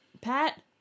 Pat